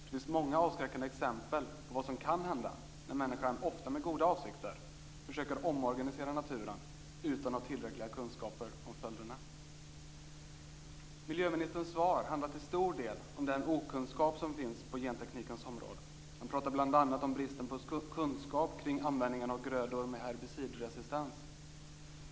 Det finns många avskräckande exempel på vad som kan hända när människan, ofta med goda avsikter, försöker omorganisera naturen utan att ha tillräckliga kunskaper om följderna. Miljöministerns svar handlar till stor del om den okunskap som finns på genteknikens område. Han pratar bl.a. om bristen på kunskap kring användningen av grödor med herbicidresistens.